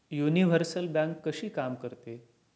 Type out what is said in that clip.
Universal bank कशी काम करते?